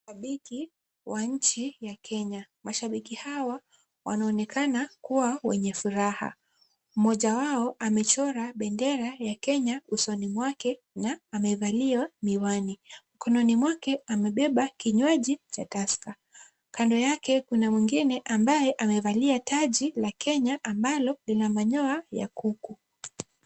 Shabiki wa nchi ya Kenya. Mashabiki hawa wanaonekana kuwa wenye furaha. Mmoja wao amechora bendera ya Kenya usoni mwake na amevalia miwani. Mikononi mwake amebeba kinywaji cha Tusker. Kando yake kuna mwingine ambaye amevalia taji la Kenya ambalo lina manyoya ya kuku.